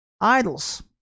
idols